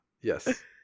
Yes